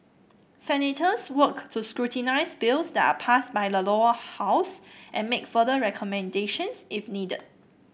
senators work to scrutinise bills that are passed by the Lower House and make further recommendations if needed